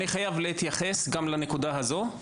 אני חייב להתייחס גם לנקודה הזו,